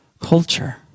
culture